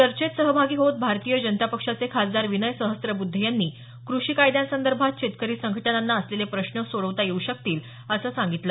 चर्चेत सहभागी होत भारतीय जनता पक्षाचे खासदार विनय सहस्त्रबुद्धे यांनी कृषी कायद्यांसंदर्भात शेतकरी संघटनांना असलेले प्रश्न सोडवता येऊ शकतील असं सांगितलं